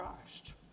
Christ